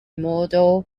model